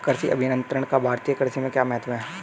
कृषि अभियंत्रण का भारतीय कृषि में क्या महत्व है?